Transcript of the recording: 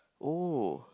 oh